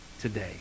today